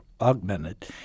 augmented